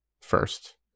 first